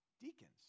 deacons